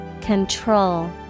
Control